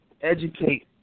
educate